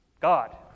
God